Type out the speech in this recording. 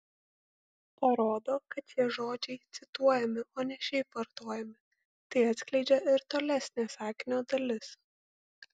parodo kad šie žodžiai cituojami o ne šiaip vartojami tai atskleidžia ir tolesnė sakinio dalis